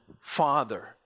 Father